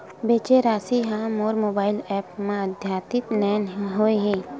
बचे राशि हा मोर मोबाइल ऐप मा आद्यतित नै होए हे